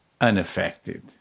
unaffected